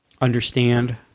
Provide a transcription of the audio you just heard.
understand